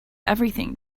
everything